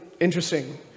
interesting